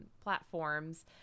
platforms